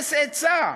ונטכס עצה,